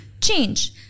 change